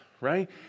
Right